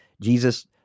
Jesus